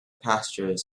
pastures